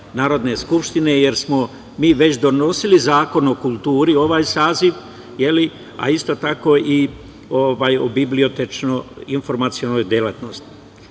Narodne skupštine, jer smo mi već donosili Zakon o kulturi, ovaj saziv, je li, a isto tako i o bibliotečko-informacionoj delatnosti. Prvi